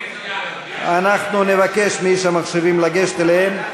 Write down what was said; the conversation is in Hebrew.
אנחנו נבקש מאיש המחשבים לגשת אליהם.